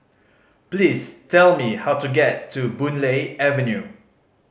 please tell me how to get to Boon Lay Avenue